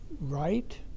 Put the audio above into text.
right